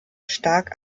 stark